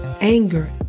Anger